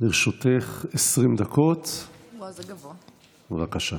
לרשותך 20 דקות, בבקשה.